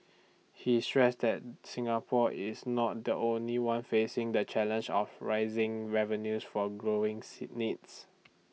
he stressed that Singapore is not the only one facing the challenge of rising revenues for growing sit needs